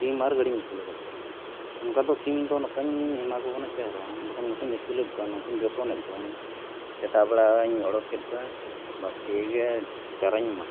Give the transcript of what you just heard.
ᱥᱤᱢ ᱟᱨ ᱜᱮᱰᱮᱧ ᱟᱹᱥᱩᱞ ᱠᱟᱫ ᱠᱚᱣᱟ ᱚᱱᱠᱟ ᱫᱚ ᱥᱤᱢ ᱫᱚ ᱱᱚᱝᱠᱟᱧ ᱮᱢᱟ ᱠᱚ ᱠᱟᱱᱟ ᱪᱟᱨᱟ ᱵᱟᱠᱷᱟᱱ ᱱᱩᱠᱩᱧ ᱟᱹᱥᱩᱞᱮᱫ ᱠᱚᱣᱟ ᱱᱩᱠᱩᱧ ᱡᱚᱛᱚᱱᱮᱜ ᱠᱚᱣᱟ ᱥᱮᱛᱟᱜ ᱵᱮᱲᱟᱧ ᱩᱰᱩᱠᱮᱜ ᱠᱚᱣᱟ ᱪᱟᱨᱟᱧ ᱮᱢᱟ ᱠᱚᱣᱟ